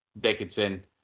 Dickinson